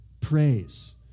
praise